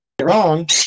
wrong